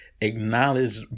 acknowledge